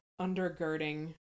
undergirding